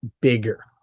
bigger